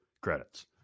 credits